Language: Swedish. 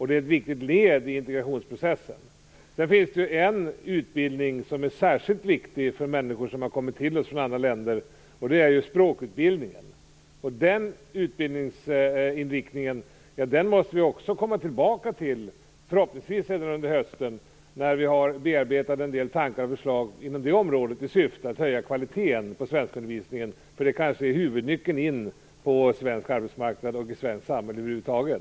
Det är ett viktigt led i integrationsprocessen. Sedan finns det en utbildning som är särskilt viktig för människor som har kommit till oss från andra länder, och det är ju språkutbildningen. Den utbildningsinriktningen måste vi också komma tillbaka till, förhoppningsvis redan under hösten, när vi har bearbetat en del tankar och förslag inom det området i syfte att höja kvaliteten på svenskundervisningen. Den kanske är huvudnyckeln in på svensk arbetsmarknad och i svenskt samhälle över huvud taget.